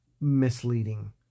misleading